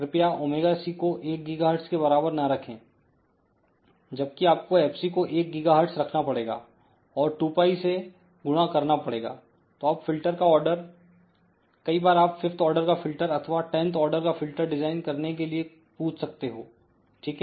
कृपया ωc को 1 गीगाहर्टज के बराबर ना रखें जबकि आपको fc को 1 गीगाहर्टज रखना पड़ेगा और 2π से गुणा करना पड़ेगा तो अब फिल्टर का आर्डर कई बार आप 5th आर्डर का फिल्टर अथवा 10th आर्डर का फिल्टर डिजाइन करने के लिए पूछ सकते हो ठीक है